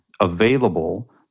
available